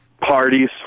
Parties